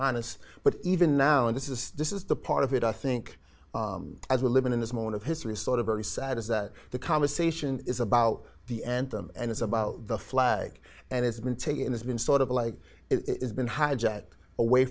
honest but even now and this is this is the part of it i think as we're living in this moment of history sort of very sad is that the conversation is about the anthem and it's about the flag and it's been taken and it's been sort of like it's been hijacked away